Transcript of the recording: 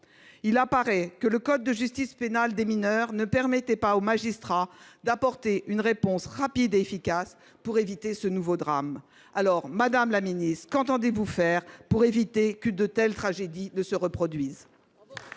des parents. Le code de la justice pénale des mineurs ne permettait pas aux magistrats d’apporter une réponse rapide et efficace pour éviter ce nouveau drame. Aussi, madame la ministre, qu’entend faire le Gouvernement pour éviter qu’une telle tragédie ne se reproduise ?